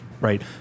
right